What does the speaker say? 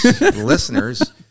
listeners